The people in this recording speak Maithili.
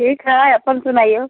ठीक हय अपन सुनैयौ